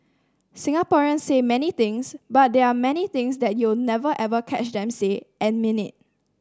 Singaporeans say many things but there are many things you'll never ever catch them say and mean it